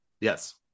Yes